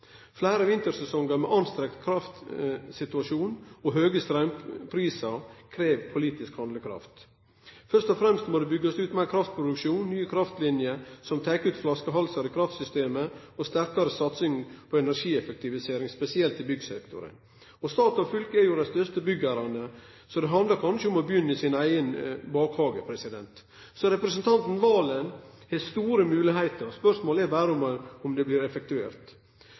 Fleire vintersesongar med ein anstrengjande kraftsituasjon og høge straumprisar krev politisk handlekraft. Først og fremst må det byggjast ut meir kraftproduksjon, nye kraftliner som tek ut flaksehalsar i kraftsystemet, og sterkare satsing på energieffektivisering, spesielt i byggsektoren. Stat og fylke er jo dei største byggherrane, så det handlar kanskje om å begynne i sin eigen bakhage. Så representanten Serigstad Valen har store moglegheiter. Spørsmålet er berre om dei blir effektuerte. Når enkelte peikar på at